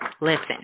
Listen